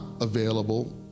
available